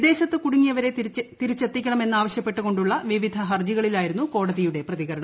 വിദേശത്ത് കുടുങ്ങിയവരെ തിരിച്ചെത്തിക്കണമെന്ന് ആവശ്യപ്പെട്ടുകൊണ്ടുള്ള വിവിധ ഹർജികളിലായിരുന്നു കോടതിയുടെ പ്രതികരണം